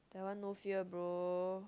that one no fear bro